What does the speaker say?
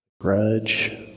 grudge